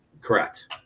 Correct